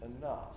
enough